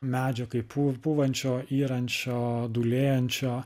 medžio kaip pū pūvančio yrančio dūlėjančio